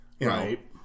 Right